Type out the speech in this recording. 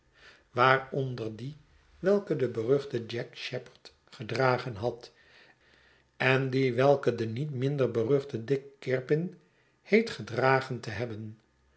waaronder die welke de beruchte jack sheppard gedragen had en die welke de niet minder beruchte dick kirpin heet gedragen te hebben